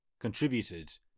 contributed